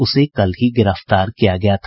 उसे कल ही गिरफ्तार किया गया था